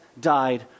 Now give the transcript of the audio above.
died